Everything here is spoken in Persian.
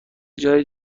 جایی